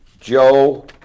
Joe